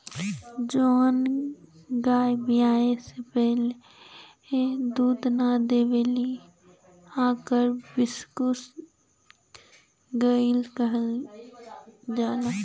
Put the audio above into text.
जवन गाय बियाये से पहिले दूध ना देवेली ओके बिसुकुल गईया कहल जाला